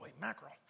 mackerel